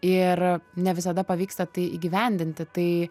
ir ne visada pavyksta tai įgyvendinti tai